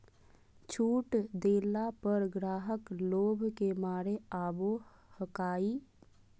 छुट देला पर ग्राहक लोभ के मारे आवो हकाई